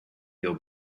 your